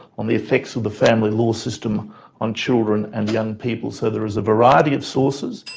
on the effects of the family law system on children and young people. so there is a variety of sources,